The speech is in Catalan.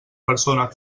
persona